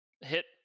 hit